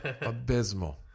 abysmal